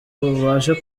ubashe